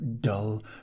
dull